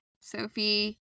Sophie